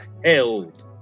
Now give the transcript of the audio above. held